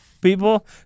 People